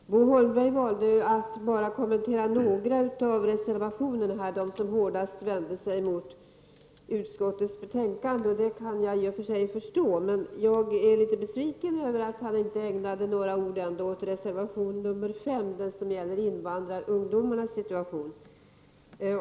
Herr talman! Bo Holmberg valde att bara kommentera några av reservationerna, de som hårdast vände sig mot utskottets hemställan. Det kan jag i och för sig förstå. Men jag är litet besviken över att han inte ägnade några ord åt reservation nr 5, som gäller invandrarungdomarnas situation.